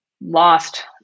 lost